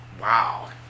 Wow